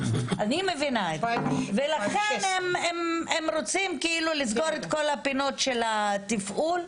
אני מבינה ולכן הם רוצים כאילו לסגור את כל הפינות של התפעול,